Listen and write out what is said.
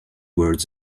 words